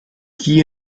key